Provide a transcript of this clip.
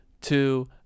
two